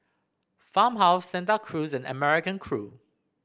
Farmhouse Santa Cruz and American Crew